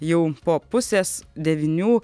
jau po pusės devynių